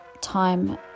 time